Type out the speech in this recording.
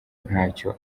ntacyo